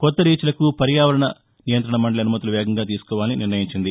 కొత్త రీచ్లకు పర్యావరణ నియంత్రణ మండలి అసుమతులు వేగంగా తీసుకోవాలని నిర్ణయించింది